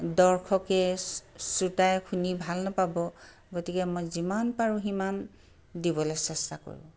দৰ্শকে শ্ৰুতাই শুনি ভাল নাপাব গতিকে মই যিমান পাৰোঁ সিমান দিবলৈ চেষ্টা কৰোঁ